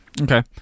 Okay